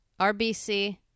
RBC